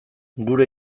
gure